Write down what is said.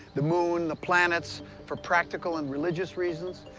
the moon, the planets for practical and religious reasons.